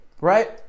right